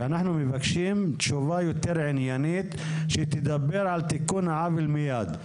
ואנחנו מבקשים תשובה יותר עניינית שתדבר על תיקון העוול מיד,